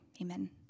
Amen